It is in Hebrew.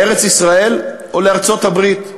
לארץ-ישראל או לארצות-הברית,